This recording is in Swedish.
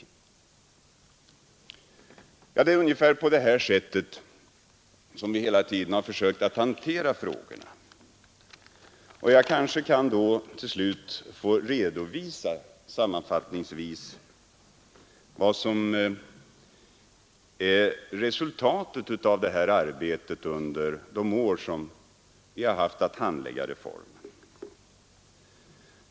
Vi har hela tiden försökt hantera frågorna ungefär på detta sätt. Jag kanske då till slut kan få redovisa sammanfattningsvis vad som är resultatet av detta arbete under de år som vi har haft att handlägga reformen.